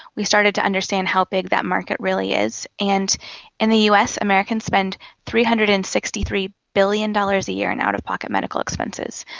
we started to understand how big that market really is. and in the us, americans spend three hundred and sixty three billion dollars a year in out-of-pocket medical expenses.